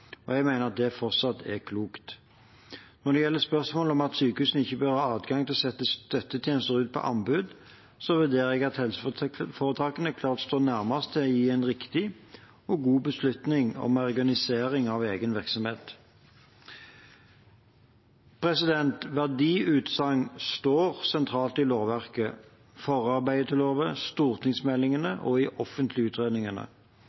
Jeg mener at det fortsatt er klokt. Når det gjelder spørsmålet om at sykehusene ikke bør ha adgang til å sette støttetjenester ut på anbud, vurderer jeg at helseforetakene klart står nærmest til å ta en riktig og god beslutning om organisering av egen virksomhet. Verdiutsagn står sentralt i